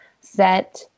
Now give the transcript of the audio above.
set